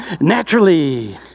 naturally